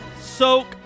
Soak